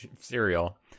cereal